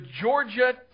Georgia